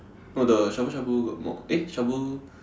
no the shabu-shabu got more eh shabu